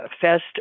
fest